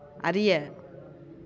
அறிய